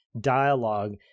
dialogue